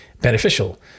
beneficial